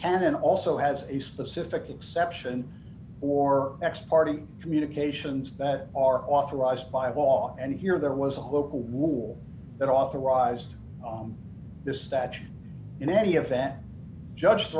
canon also has a specific exception or ex party communications that are authorized by law and here there was a local will that authorized this statute in any event judge